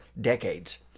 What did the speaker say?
decades